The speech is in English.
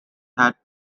had